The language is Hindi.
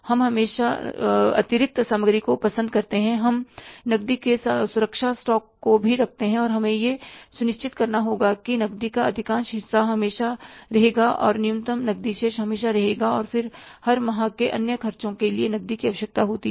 हम हमेशा अतिरिक्त सामग्री को पसंद करते हैं हम नकदी के सुरक्षा स्टॉक को भी रखते हैं हमें यह सुनिश्चित करना होगा कि नकदी का अधिकांश हिस्सा हमेशा रहेगा न्यूनतम नकदी शेष हमेशा रहेगा और फिर हर माह के अन्य खर्चे के लिए नकदी की आवश्यकता होती है